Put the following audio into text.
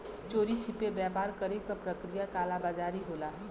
चोरी छिपे व्यापार करे क प्रक्रिया कालाबाज़ारी होला